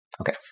Okay